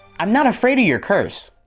i'm not afraid of your curse.